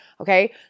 Okay